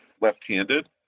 left-handed